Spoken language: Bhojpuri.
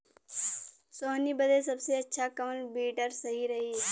सोहनी बदे सबसे अच्छा कौन वीडर सही रही?